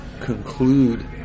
conclude